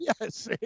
Yes